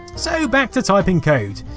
so, back to typing code.